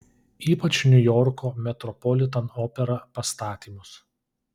ypač niujorko metropolitan opera pastatymus